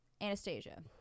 Anastasia